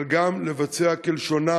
אבל גם לבצע כלשונה